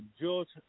George